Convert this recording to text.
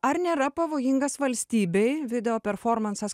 ar nėra pavojingas valstybei video performansas